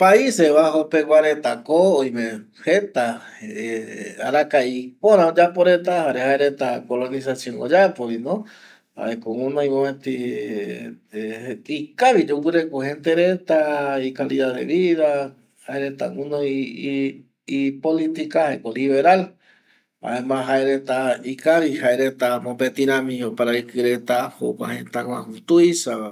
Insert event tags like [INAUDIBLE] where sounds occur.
Paise Bajo pegua retako oime jeta [HESITATION] arakae [HESITATION] ipöra oyapo reta jare jaereta colonizacion oyapovino jaeko guinoi mopeti [HESITATION] ikavi yoguireko gente retaa icalidad de vida jaereta guinoi ipolitica jaeko liberal jaema jaereta ikavi jaereta mopeti rami oparaɨkɨ reta jokua jëtaguäju tuisavape